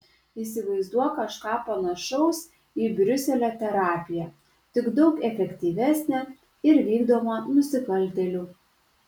įsivaizduok kažką panašaus į briuselio terapiją tik daug efektyvesnę ir vykdomą nusikaltėlių